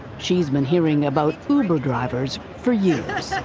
she's been hearing about uber drivers for years.